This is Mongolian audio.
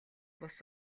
бус